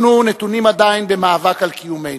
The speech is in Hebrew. אנחנו נתונים עדיין במאבק על קיומנו.